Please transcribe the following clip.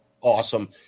Awesome